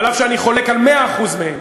אף שאני חולק על 100% שלהן,